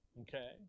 Okay